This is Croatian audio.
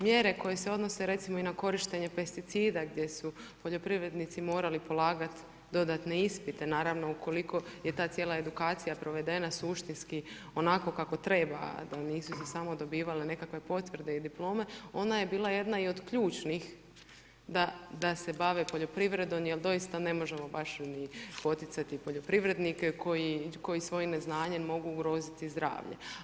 Mjere koje se odnose, recimo i na korištenje pesticida, gdje su poljoprivrednici morali polagati dodatne ispite, naravno, ukoliko je ta cijela edukacija provedena suštinski, onako kako treba, a nisu se samo dobivale nekakve potvrde i diplome, ona je bila jedna i od ključnih da se bave poljoprivredom jer doista, ne možemo baš ni poticati poljoprivrednike, koji svoji neznanje mogu u groziti zdravlje.